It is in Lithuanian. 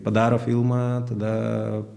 padaro filmą tada